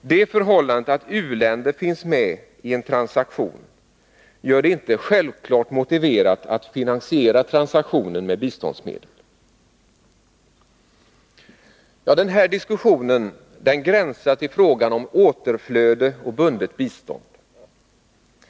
Det förhållandet att u-länder finns med i en transaktion gör det inte självklart motiverat att finansiera transaktionen med biståndsmedel. Denna diskussion gränsar till frågan om återflöde och bundet bistånd.